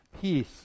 Peace